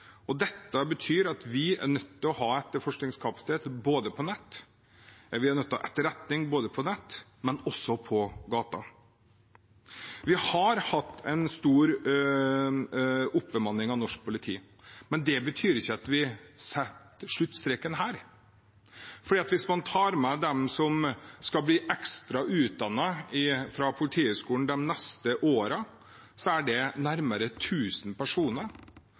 og dette betyr at vi er nødt til å ha etterretning både på nett og på gata. Vi har hatt en stor oppbemanning av norsk politi, men det betyr ikke at vi setter sluttstreken her. Hvis man tar med dem som skal bli utdannet ekstra fra Politihøgskolen de neste årene, er det nærmere 1 000 personer,